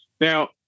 Now